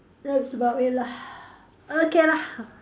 that's about it lah okay lah